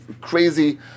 crazy